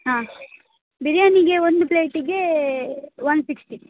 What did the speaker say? ಹಾಂ ಬಿರ್ಯಾನಿ ಒಂದು ಪ್ಲೇಟಿಗೆ ಒನ್ ಸಿಕ್ಸ್ಟಿ